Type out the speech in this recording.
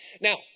Now